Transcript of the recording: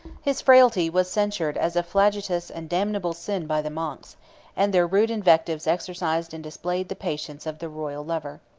his frailty was censured as a flagitious and damnable sin by the monks and their rude invectives exercised and displayed the patience of the royal lover.